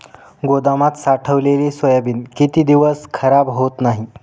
गोदामात साठवलेले सोयाबीन किती दिवस खराब होत नाही?